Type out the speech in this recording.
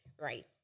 Right